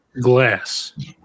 glass